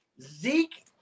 Zeke